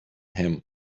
him